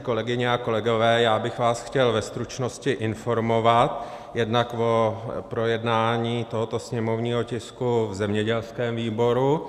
Kolegyně a kolegové, já bych vás chtěl ve stručnosti informovat jednak o projednání tohoto sněmovního tisku v zemědělském výboru.